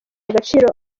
agaciro